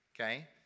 Okay